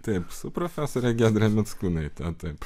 taip su profesore giedre mickūnaite taip